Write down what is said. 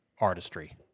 artistry